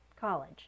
college